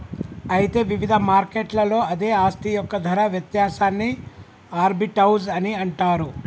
అయితే వివిధ మార్కెట్లలో అదే ఆస్తి యొక్క ధర వ్యత్యాసాన్ని ఆర్బిటౌజ్ అని అంటారు